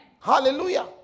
Hallelujah